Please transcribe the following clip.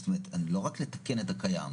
זאת אומרת לא רק לתקן את הקיים.